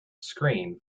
screen